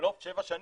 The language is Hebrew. בחלוף שבע שנים,